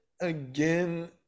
again